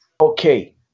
Okay